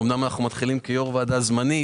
אמנם הוא מתחיל כיו"ר ועדה זמנית